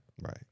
Right